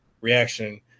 reaction